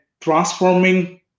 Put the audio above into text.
transforming